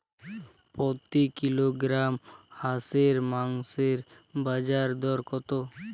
প্রতি কিলোগ্রাম হাঁসের মাংসের বাজার দর কত?